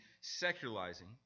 secularizing